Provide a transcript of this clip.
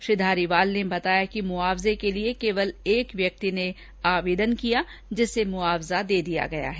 श्री धारीवाल ने बताया की मुआवजे के लिए केवल एक व्यक्ति ने आवेदन किया जिसे मुआवजा दे दिया गया है